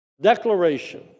declaration